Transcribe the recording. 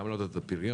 גם להעלות את הפריון,